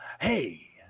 Hey